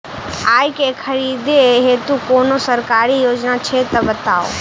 आइ केँ खरीदै हेतु कोनो सरकारी योजना छै तऽ बताउ?